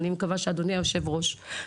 אני מקווה שאדוני יושב הראש,